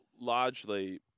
largely